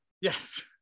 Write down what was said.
Yes